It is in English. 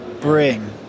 bring